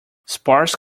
sparse